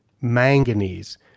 manganese